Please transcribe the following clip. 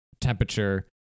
temperature